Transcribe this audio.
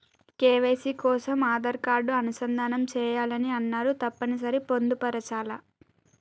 KYC కోసం Aadhaar card అనుసంధానం చేయాలని అన్నరు తప్పని సరి పొందుపరచాలా?